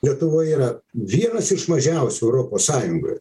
lietuvoj yra vienas iš mažiausių europos sąjungoje